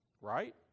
Right